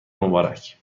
مبارک